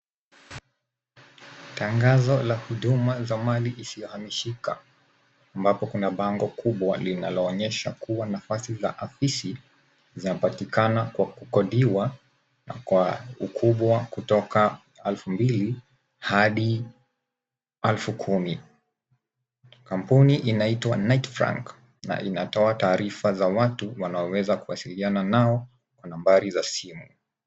Tangazo la huduma za mali isiyohamishika, ambako kuna bango kubwa linaloonyesha kuwa nafasi za ofisi zapatikana kwa kukodiwa na kwa ukubwa kutoka elfu mbili hadi elfu kumi. Kampuni inaitawa Knight Frank na inatoa taarifa za watu wanaoweza kuwasiliana nao kwa nambari za simu.